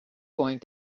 going